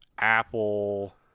Apple